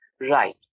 Right